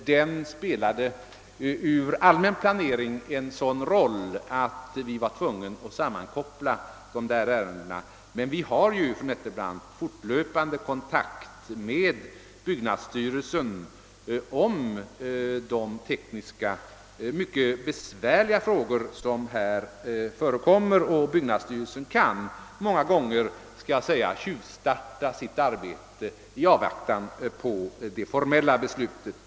Den spelade ur allmän planeringssynpunkt en sådan roll att vi var tvungna att sammankoppla de ärendena, men vi har ju, fru Nettelbrandt, fortlöpande kontakt med byggnadsstyrelsen beträffande dessa tekniskt mycket besvärliga frågor och byggnadsstyrelsen kan många gånger tjuvstarta sitt arbete i avvaktan på de formella besluten.